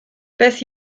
beth